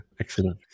Excellent